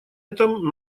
этом